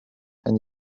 and